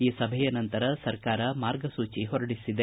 ಈ ಸಭೆಯ ನಂತರ ಸರ್ಕಾರ ಮಾರ್ಗಸೂಚಿ ಹೊರಡಿಸಿದೆ